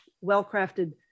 well-crafted